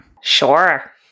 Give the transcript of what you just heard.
sure